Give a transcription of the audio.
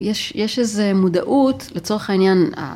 יש איזה מודעות לצורך העניין